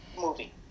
movie